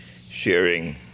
sharing